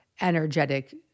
energetic